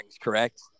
correct